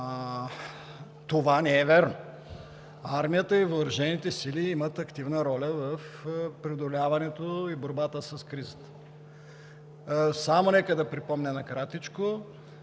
Това не е вярно! Армията и въоръжените сили имат активна роля в преодоляването и борбата с кризата. Само нека да припомня накратко,